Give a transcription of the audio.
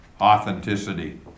authenticity